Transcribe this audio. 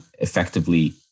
effectively